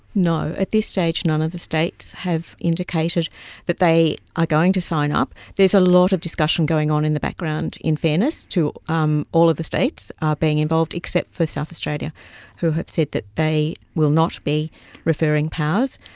no, at this stage none of the states have indicated that they are going to sign up. there's a lot of discussion going on in the background, in fairness, to um all of the states being involved, except for south australia who have said that they will not be referring powers.